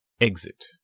Exit